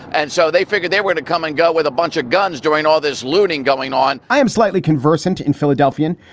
and so they figured they were to come and go with a bunch of guns doing all this looting going on i am slightly conversant in philadelphian,